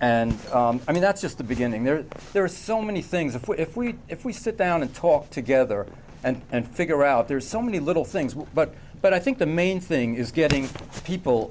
and i mean that's just the beginning there there are so many things if we if we sit down and talk together and and figure out there's so many little things but but i think the main thing is getting people